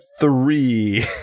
Three